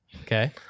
Okay